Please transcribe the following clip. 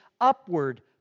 upward